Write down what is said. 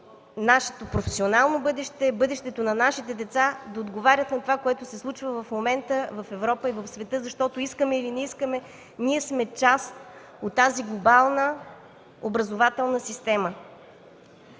нашето професионално бъдеще, бъдещето на нашите деца да отговарят на това, което се случва в момента в Европа и света, защото искаме или не искаме, ние сме част от тази глобална образователна система.